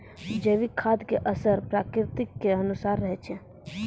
जैविक खाद के असर प्रकृति के अनुसारे रहै छै